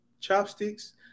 chopsticks